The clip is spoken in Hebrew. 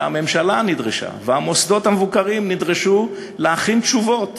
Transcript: הממשלה והמוסדות המבוקרים נדרשו להכין תשובות